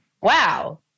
wow